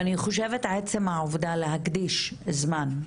ואני חושבת שעצם הרעיון של להקדיש זמן,